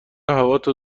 هواتو